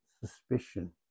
suspicion